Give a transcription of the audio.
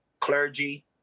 clergy